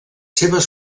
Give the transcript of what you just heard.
seves